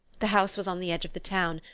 the house was on the edge of the town,